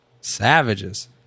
Savages